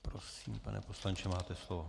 Prosím, pane poslanče, máte slovo.